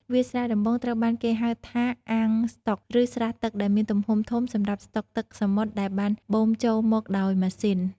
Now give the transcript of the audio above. វាលស្រែដំបូងត្រូវបានគេហៅថាអាងស្តុក ឬស្រះទឹកដែលមានទំហំធំសម្រាប់ស្តុកទឹកសមុទ្រដែលបានបូមចូលមកដោយម៉ាស៊ីន។